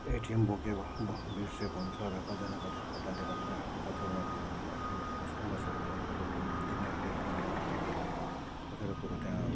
ATM बोकेको बिर्सेको हुन्छ र कतिजनाको त्यो हतारले गर्दाखेरि आफ्नो कतिवटा उयो आफ्नो घरको समस्याले गर्दाखेरि कतिवटा दिमागले काम नगरेकोले गर्दाखेरि कतिवटा कुरो त्यहाँ अब